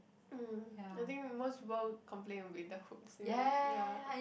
mm I think most people complain will be the hooks mm ya